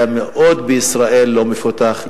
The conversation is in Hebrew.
היה מאוד לא מפותח בישראל.